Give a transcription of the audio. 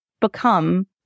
become